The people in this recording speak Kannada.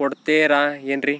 ಕೊಡ್ತೇರಾ ಏನ್ರಿ?